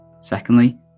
Secondly